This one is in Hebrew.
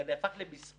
הסטטיסטיקה הפכה למספר,